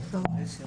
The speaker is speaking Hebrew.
במשרד